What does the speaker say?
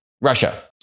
Russia